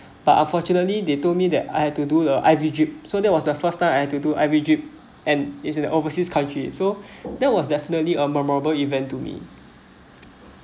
but unfortunately they told me that I had to do the I_V drip so that was the first time I have to do I_V drip and is an overseas country so that was definitely a memorable event to me